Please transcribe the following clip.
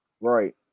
Right